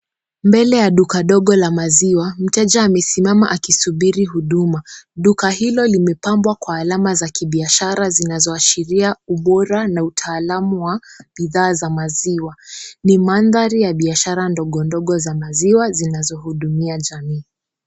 Mbele ya duka dogo la maziwa mteja amesimama akisubiri huduma. Duka hilo limepambwa kwa alama za kibiashara zinazoashiria ubora na utaalamu wa bidhaa za maziwa. Ni mandhari ya biashara ndogo ndogo za maziwa zinazohudumia jamii.